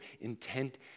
intent